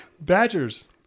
Badgers